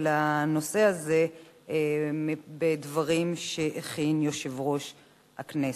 הנושא הזה בדברים שהכין יושב-ראש הכנסת.